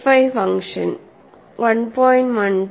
FI function 1